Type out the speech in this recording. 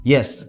Yes